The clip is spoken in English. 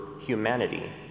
humanity